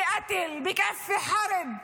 (אומרת דברים בשפה הערבית).